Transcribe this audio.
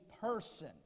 person